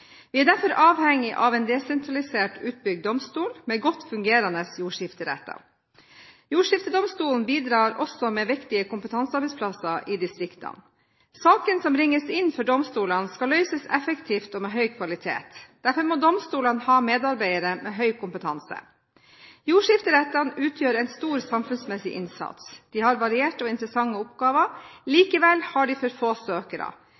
Vi er derfor avhengig av en desentralisert utbygd domstol med godt fungerende jordskifteretter. Jordskiftedomstolen bidrar også med viktige kompetansearbeidsplasser i distriktene. Sakene som bringes inn for domstolene, skal løses effektivt og med høy kvalitet. Derfor må domstolene ha medarbeidere med høy kompetanse. Jordskifterettene gjør en stor samfunnsmessig innsats. De har varierte og interessante oppgaver.